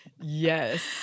yes